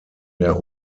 der